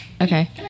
Okay